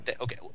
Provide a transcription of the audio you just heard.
Okay